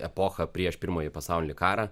epocha prieš pirmąjį pasaulinį karą